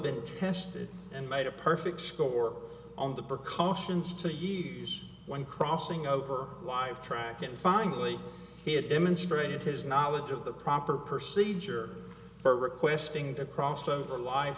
been tested and made a perfect score on the precautions to ease when crossing over live track and finally he had demonstrated his knowledge of the proper procedure for requesting to cross over li